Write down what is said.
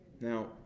Now